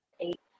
eight